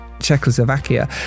czechoslovakia